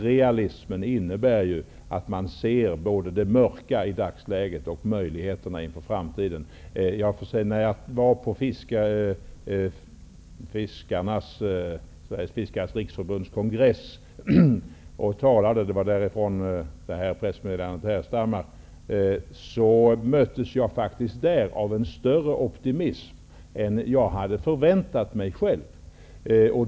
Realism innebär att man ser både det mörka i dagsläget och möjligheterna inför framtiden. Det här pressmeddelandet härstammade från ett tal som jag höll på Sveriges Fiskares riksförbunds kongress. På den kongressen möttes jag av en större optimism än jag själv hade förväntat mig.